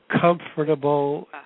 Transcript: comfortable